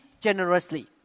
generously